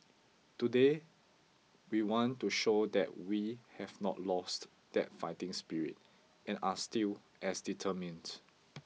today we want to show that we have not lost that fighting spirit and are still as determined